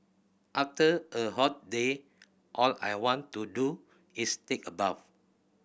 after a hot day all I want to do is take a bath